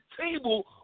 table